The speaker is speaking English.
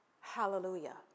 Hallelujah